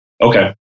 Okay